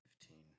fifteen